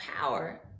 power